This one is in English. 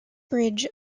bridge